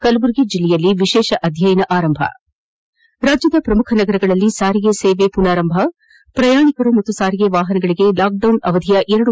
ಕಲಬುರಗಿ ಜಿಲ್ಲೆಯಲ್ಲಿ ವಿಶೇಷ ಅಧ್ಯಯನ ಆರಂಭ ರಾಜ್ಯದ ಪ್ರಮುಖ ನಗರಗಳಲ್ಲಿ ಸಾರಿಗೆ ಸೇವೆ ಆರಂಭ ಪ್ರಯಾಣಿಕರ ಪಾಗೂ ಸಾರಿಗೆ ವಾಪನಗಳಿಗೆ ಲಾಕ್ಡೌನ್ ಅವಧಿಯ ಎರಡು